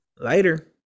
Later